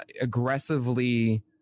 aggressively